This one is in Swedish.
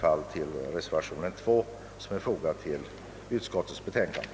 Med detta, herr talman, ber jag att få yrka bifall till reservationen 2.